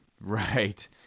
Right